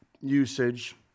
usage